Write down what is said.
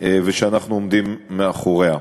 ושאנחנו עומדים מאחוריה.